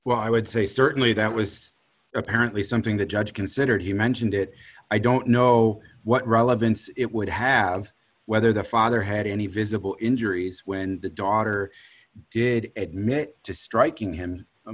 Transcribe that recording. well i would say certainly that was apparently something the judge considered he mentioned it i don't know what relevance it would have whether the father had any visible injuries when the daughter did admit to striking him